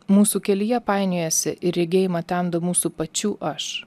mūsų kelyje painiojasi ir regėjimą temdo mūsų pačių aš